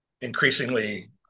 increasingly